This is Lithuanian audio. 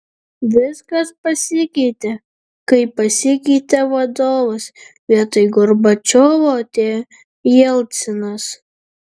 viskas pasikeitė kai pasikeitė vadovas vietoj gorbačiovo atėjo jelcinas